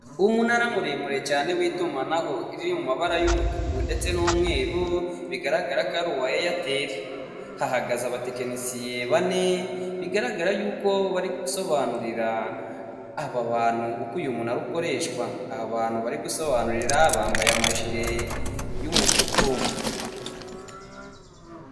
Umunara muremure cyane w'itumanaho uri mu mabara y'umutuku ndetse n'umweru bigaragara ko ari uwa eyateri hahagaze abatekinisiye bane bigaragara yuko bari gusobanurira aba bantu uko uyu munara ukoreshwa aha bantu bari gusobanurira bambaye amajire y'umutuku.